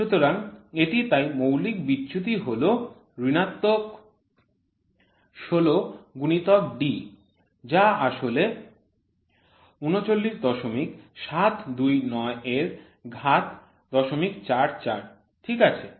সুতরাং এটির তাই মৌলিক বিচ্যুতি হল ঋণাত্মক ১৬ গুণিতক D যা আসলে ৩৯৭২৯ এর ঘাত ০৪৪ ঠিক আছে